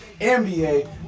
NBA